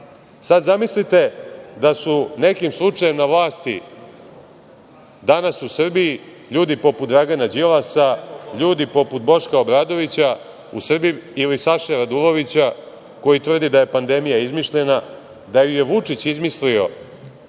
Sad, zamislite da su nekim slučajem na vlasti danas u Srbiji ljudi poput Dragana Đilasa, ljudi poput Boška Obradovića ili Saše Radulovića, koji tvrdi da je pandemija izmišljena, da ju je Vučić izmislio